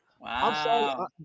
Wow